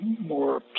more